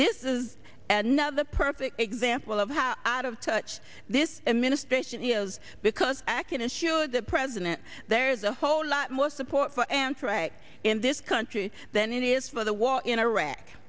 this is now the perfect example of how out of touch this administration is because i can assure the president there is a whole lot more support for answer right in this country than it is for the war in iraq